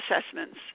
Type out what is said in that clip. assessments